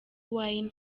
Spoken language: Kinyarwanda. wine